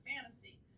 fantasy